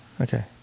Okay